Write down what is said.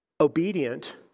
obedient